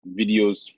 videos